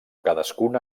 cadascuna